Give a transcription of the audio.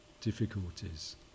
difficulties